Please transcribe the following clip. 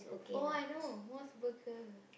oh I know Mos-Burger